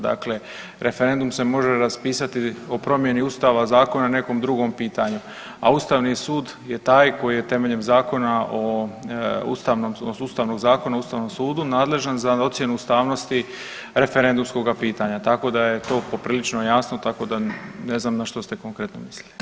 Dakle, referendum se može raspisati o promjeni Ustava, zakona na nekom drugom pitanju, a Ustavni sud je taj koji je temeljem Ustavnog zakona o Ustavnom sudu nadležan za ocjenu ustavnosti referendumskoga pitanja, tako da je to poprilično jasno tako da ne znam na što ste konkretno mislili.